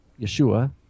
Yeshua